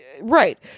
right